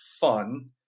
fun